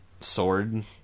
Sword